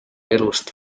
elust